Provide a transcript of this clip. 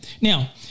Now